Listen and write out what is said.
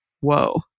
Whoa